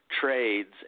Trades